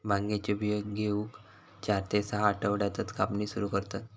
भांगेचे बियो घेऊक चार ते सहा आठवड्यातच कापणी सुरू करतत